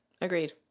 agreed